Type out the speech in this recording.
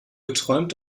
geträumt